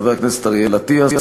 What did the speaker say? חבר הכנסת אריאל אטיאס,